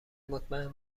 مطمئن